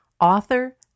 author